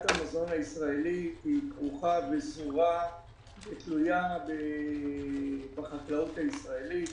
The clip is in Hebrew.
המזון הישראלי כרוכה ותלויה בחקלאות הישראלית.